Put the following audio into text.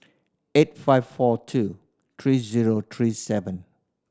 eight five four two three zero three seven